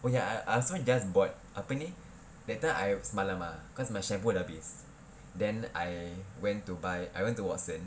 oh ya I also just bought apa ni that time I semalam ah cause my shampoo dah habis then I went to buy I went to Watsons